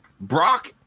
Brock